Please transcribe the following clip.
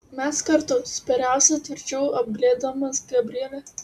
mes kartu spyriausi tvirčiau apglėbdamas gabrielę